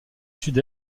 sud